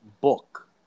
book